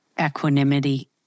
equanimity